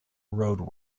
road